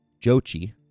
Jochi